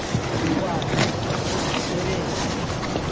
Dubai Paris